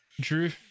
Drew